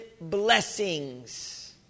blessings